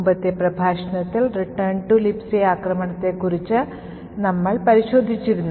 മുമ്പത്തെ പ്രഭാഷണത്തിൽ Return to Libc ആക്രമണത്തെക്കുറിച്ച് നമ്മൾ പരിശോധിച്ചിരുന്നു